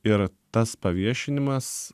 ir tas paviešinimas